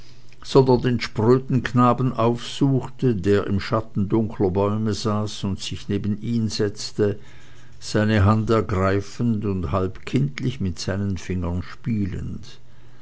sondern den spröden knaben aufsuchte der im schatten dunkler bäume saß und sich neben ihn setzte seine hand ergreifend und halb kindlich mit seinen fingern spielend